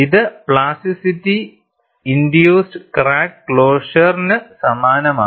ഇത് plasticity induced crack ക്ലോസറിന് സമാനമാണ്